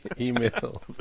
email